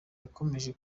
yakomeje